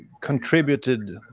contributed